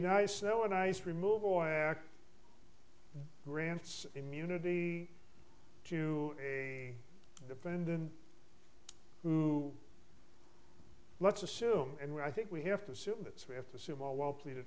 nice snow and ice remove or grants immunity to a defendant who let's assume and i think we have to assume that we have to